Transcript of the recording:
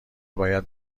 باید